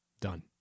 Done